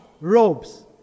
robes